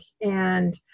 and-